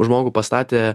žmogų pastatė